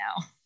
now